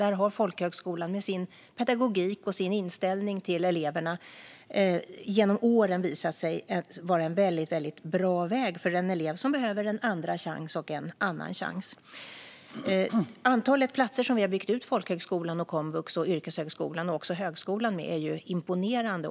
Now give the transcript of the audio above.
Där har folkhögskolan med sin pedagogik och med sin inställning till eleverna genom åren visat sig vara en väldigt bra väg för elever som behöver en andra chans och en annan chans. Antalet platser vi har byggt ut folkhögskolan, komvux, yrkeshögskolan och högskolan med är imponerande.